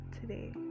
today